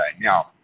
Now